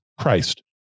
Christ